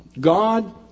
God